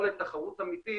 יכולת תחרות אמיתית.